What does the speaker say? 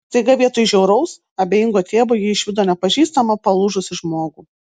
staiga vietoj žiauraus abejingo tėvo ji išvydo nepažįstamą palūžusį žmogų